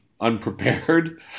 unprepared